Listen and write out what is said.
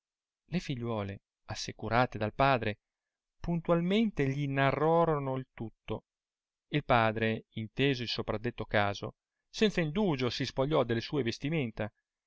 le figliuole assecurate dal padre puntalraente gli narrorno il tulio il padre inleso il sopradetlo caso senza indugio si spogliò le sue vestimenta